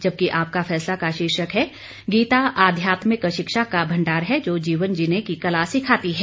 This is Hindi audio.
जबकि आपका फैसला का शीर्षक है गीता आध्यात्मिक शिक्षा का भंडार है जो जीवन जीने की कला सिखाती है